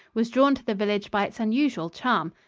was drawn to the village by its unusual charm.